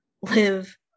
live